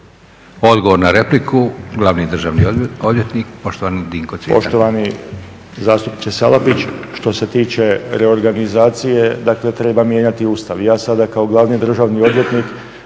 Odgovor na repliku glavni državni odvjetnik poštovani Dinko Cvitan.